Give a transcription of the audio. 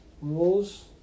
rules